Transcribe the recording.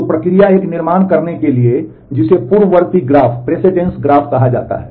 तो प्रक्रिया एक निर्माण करने के लिए है जिसे पूर्ववर्ती ग्राफ कहा जाता है